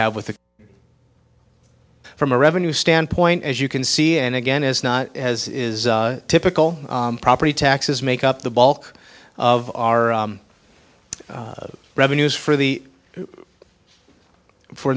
have with us from a revenue standpoint as you can see and again is not as is typical property taxes make up the bulk of our revenues for the for